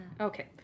Okay